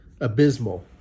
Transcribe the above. abysmal